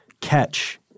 catch